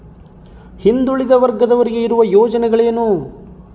ಹಿಂದುಳಿದ ವರ್ಗದವರಿಗೆ ಇರುವ ಯೋಜನೆಗಳು ಏನು?